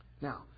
Now